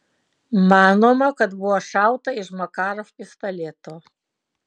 manoma kad buvo šauta iš makarov pistoleto